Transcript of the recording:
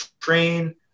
train